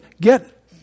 get